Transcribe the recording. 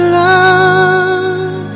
love